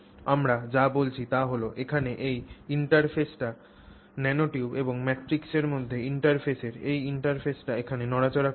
আমরা যা বলছি তা হল এখানে এই ইন্টারফেসটি ন্যানোটিউব এবং ম্যাট্রিক্সের মধ্যে ইন্টারফেসের এই ইন্টারফেসটি এখানে নড়াচড়া করছে না